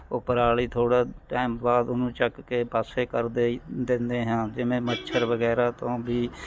ਉਹ ਪਰਾਲ਼ੀ ਥੋੜ੍ਹਾ ਟਾਇਮ ਬਾਅਦ ਉਹਨੂੰ ਚੱਕ ਕੇ ਪਾਸੇ ਕਰ ਦਈ ਦਿੰਦੇ ਹਾਂ ਜਿਵੇਂ ਮੱਛਰ ਵਗੈਰਾ ਤੋਂ ਵੀ